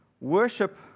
Worship